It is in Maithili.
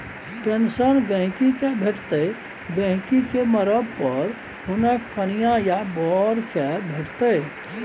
पेंशन गहिंकी केँ भेटतै गहिंकी केँ मरब पर हुनक कनियाँ या बर केँ भेटतै